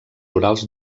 urals